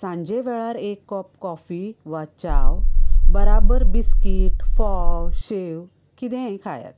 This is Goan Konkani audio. सांजे वेळार एक कॉप कॉफी वा चाव बराबर बिस्कीट फोव शेव कितेंय खायात